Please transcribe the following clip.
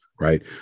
Right